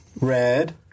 Red